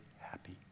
happy